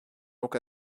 donc